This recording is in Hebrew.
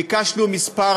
ביקשנו כמה